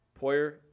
Poyer